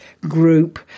group